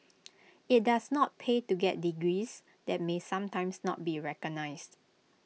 IT does not pay to get degrees that may sometimes not be recognised